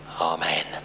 Amen